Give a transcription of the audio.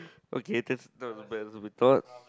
okay that's not as bad as we thought